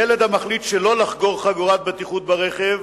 ילד המחליט שלא לחגור חגורת בטיחות ברכב